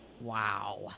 wow